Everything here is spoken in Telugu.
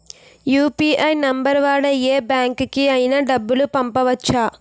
యు.పి.ఐ నంబర్ వాడి యే బ్యాంకుకి అయినా డబ్బులు పంపవచ్చ్చా?